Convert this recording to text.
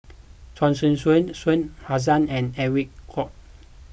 Chia Choo Suan Shah Hussain and Edwin Koek